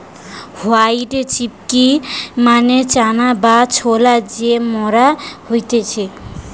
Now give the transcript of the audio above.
white chickpea মানে চানা বা ছোলা যেটা মরা খাইতেছে